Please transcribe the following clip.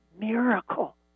miracle